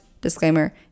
Disclaimer